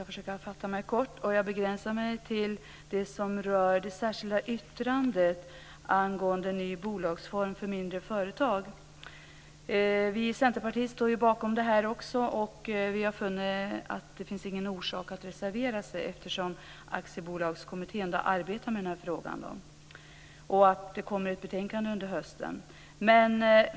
Fru talman! Jag begränsar mig till det särskilda yttrandet angående ny bolagsform för mindre företag. Vi i Centerpartiet står också bakom det yttrandet. Vi har funnit att det inte finns någon orsak att reservera sig eftersom Aktiebolagskommittén arbetar med frågan och ett betänkande kommer till hösten.